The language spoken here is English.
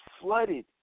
flooded